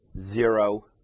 zero